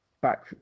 Back